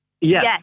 Yes